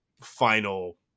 final